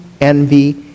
envy